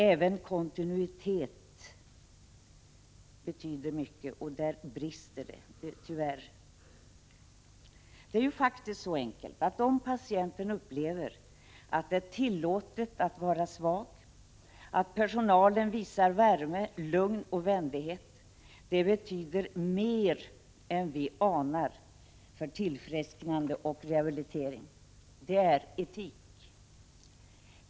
Även kontinuiteten betyder mycket, men där brister det tyvärr ofta. Det är ju faktiskt så enkelt, att om patienten upplever att det är tillåtet att vara svag och om personalen visar värme, lugn och vänlighet, betyder det mer än vi anar för tillfrisknande och rehabilitering. Det är etik.